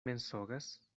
mensogas